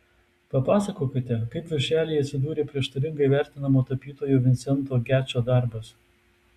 papasakokite kaip viršelyje atsidūrė prieštaringai vertinamo tapytojo vincento gečo darbas